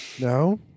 No